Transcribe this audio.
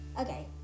Okay